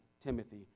Timothy